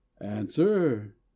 answer